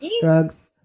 Drugs